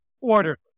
order